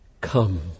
Come